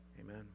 Amen